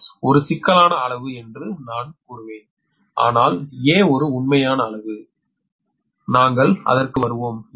S ஒரு சிக்கலான அளவு என்று நான் வருவேன் ஆனால் a ஒரு உண்மையான அளவு நாங்கள் அதற்கு வருவோம்